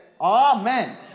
amen